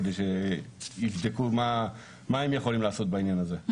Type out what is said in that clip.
כדי שייבדקו מה הם יכולים לעשות בעניין הזה.